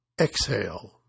exhale